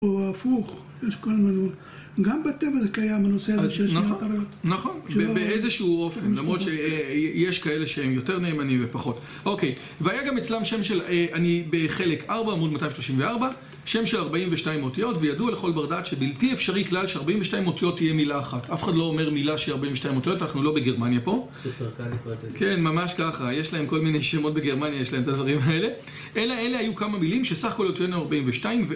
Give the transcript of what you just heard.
הוא הפוך, יש כל מיני מילים. גם בטבע זה קיים, הנושא הזה של שני חטריות. נכון, באיזשהו אופן, למרות שיש כאלה שהם יותר נאמנים ופחות. אוקיי, והיה גם אצלם שם של, אני בחלק 4 עמוד 234, שם של 42 אותיות, וידוע לכל בר דעת שבלתי אפשרי כלל ש 42 אותיות תהיה מילה אחת. אף אחד לא אומר מילה שהיא 42 אותיות, אנחנו לא בגרמניה פה. סופרקאליפרג'ליסטיק. כן, ממש ככה, יש להם כל מיני שמות בגרמניה, יש להם את הדברים האלה. אלה היו כמה מילים שסך הכול אותיות ה-42.